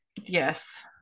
Yes